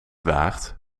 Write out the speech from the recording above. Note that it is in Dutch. waagt